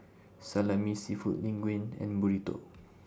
Salami Seafood Linguine and Burrito